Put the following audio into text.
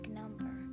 number